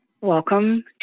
Welcome